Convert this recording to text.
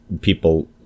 people